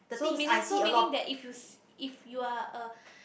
so meaning so meaning that if you s~ if you are a